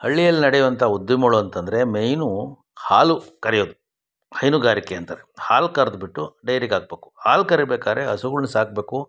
ಹಳ್ಳಿಯಲ್ಲಿ ನಡೆಯುವಂತಹ ಉದ್ಯಮಗಳು ಅಂತಂದರೆ ಮೇಯ್ನು ಹಾಲು ಕರೆಯೋದು ಹೈನುಗಾರಿಕೆ ಅಂತಾರೆ ಹಾಲು ಕರೆದ್ಬಿಟ್ಟು ಡೈರಿಗೆ ಹಾಕ್ಬೇಕು ಹಾಲು ಕರಿಬೇಕಾದ್ರೆ ಹಸುಗಳ್ನ ಸಾಕಬೇಕು